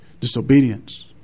disobedience